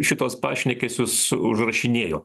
šituos pašnekesius užrašinėjo